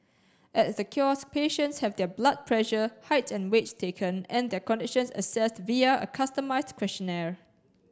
at the kiosk patients have their blood pressure height and weight taken and their conditions assessed via a customised questionnaire